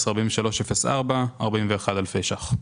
19-43-04 41 אלפי ₪.